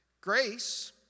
Grace